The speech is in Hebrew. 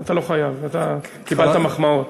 אתה לא חייב, אתה קיבלת מחמאות.